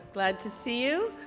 glad to see you.